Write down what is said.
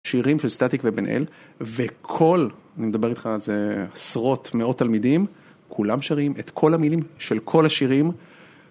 שירים של סטטיק ובן אל, וכל, אני מדבר איתך על זה, עשרות, מאות תלמידים, כולם שרים את כל המילים של כל השירים.